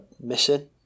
missing